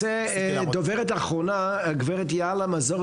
דוברת אחרונה גב' יעלה מזור,